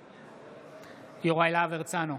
בעד יוראי להב הרצנו,